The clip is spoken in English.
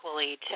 equally